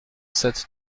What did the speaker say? sept